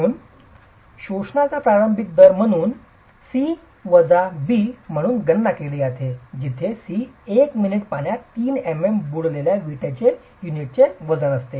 म्हणून शोषणाचा प्रारंभिक दर म्हणून C वजा B म्हणून गणना केली जाते जिथे C 1 मिनिट पाण्यात 3 mm पाण्यात बुडलेल्या वीट युनिटचे वजन असते